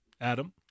Adam